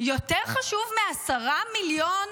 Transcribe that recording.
יותר חשוב מ-10 מיליון